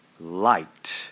light